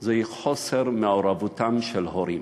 זה חוסר מעורבותם של הורים.